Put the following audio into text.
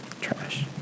Trash